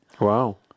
Wow